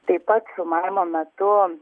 taip pat filmavimo metu